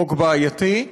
חוק בעייתי.